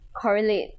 correlate